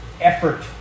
effort